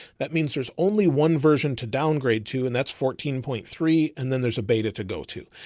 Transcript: that means there's only one version to downgrade to, and that's fourteen point three and then there's a beta to go to.